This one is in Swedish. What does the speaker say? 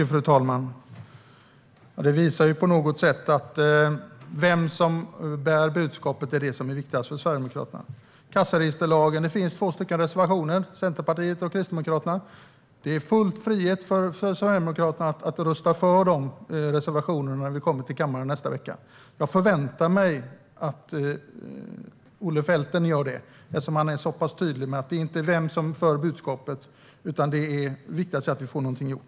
Fru talman! Detta visar på något sätt att det viktigaste för Sverigedemokraterna är vem som bär budskapet. När det gäller kassaregisterlagen finns det två reservationer, Centerpartiets och Kristdemokraternas. Det råder full frihet för Sverigedemokraterna att rösta för de reservationerna när vi kommer till kammaren nästa vecka. Jag förväntar mig att Olle Felten gör det, eftersom han är så tydlig med att det inte är vem som framför budskapet som är viktigast, utan att få något gjort.